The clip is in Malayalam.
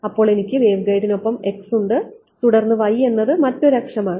അതിനാൽ എനിക്ക് വേവ്ഗൈഡിനൊപ്പം x ഉണ്ട് തുടർന്ന് y എന്നത് മറ്റൊരു അക്ഷമാണ്